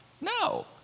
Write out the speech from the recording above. No